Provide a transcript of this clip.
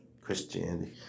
Christianity